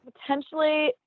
Potentially